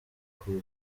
kuza